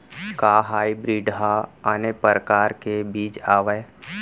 का हाइब्रिड हा आने परकार के बीज आवय?